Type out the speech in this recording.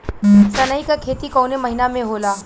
सनई का खेती कवने महीना में होला?